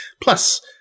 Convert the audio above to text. plus